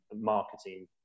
marketing